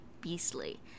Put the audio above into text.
beastly